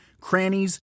crannies